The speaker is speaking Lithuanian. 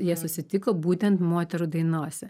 jie susitiko būtent moterų dainose